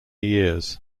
years